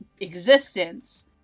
existence